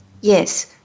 Yes